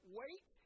wait